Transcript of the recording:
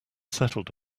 settled